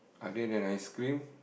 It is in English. other than ice-cream